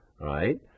right